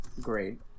great